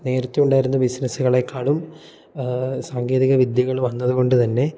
നേരത്തെ ഉണ്ടായിരുന്ന ബിസിനസ്സുകളെക്കാളും സാങ്കേതിക വിദ്യകൾ വന്നത് കൊണ്ട് തന്നെ